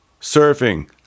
surfing